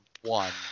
one